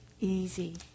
easy